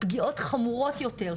פגיעות חמורות יותר,